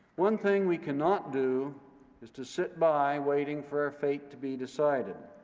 one thing we cannot do is to sit by waiting for our fate to be decided.